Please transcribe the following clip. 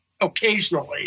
occasionally